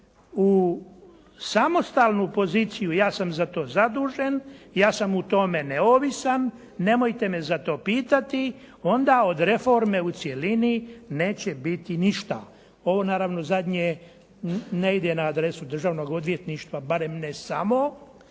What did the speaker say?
u samostalnu poziciju, ja sam za to zadužen, ja sam u tome neovisan, nemojte me za to pitati, onda od reforme u cjelini neće biti ništa. Ovo naravno zadnje ne ide na adresu Državnog odvjetništva, barem ne samo,